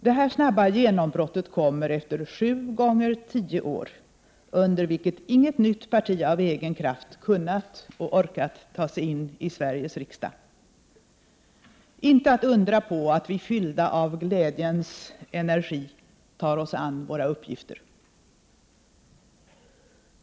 Detta snabba genombrott kommer efter sju gånger tio år, under vilka inget nytt parti av egen kraft kunnat och orkat ta sig in i Sveriges riksdag. Inte att undra på att vi fyllda av glädjens energi tar oss an våra uppgifter.